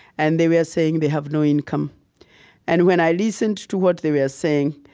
and they were saying they have no income and when i listened to what they were saying,